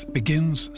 begins